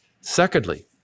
Secondly